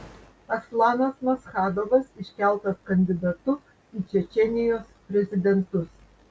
aslanas maschadovas iškeltas kandidatu į čečėnijos prezidentus